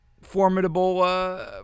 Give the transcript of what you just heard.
formidable